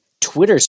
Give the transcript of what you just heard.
Twitter